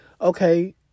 okay